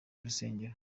rusengero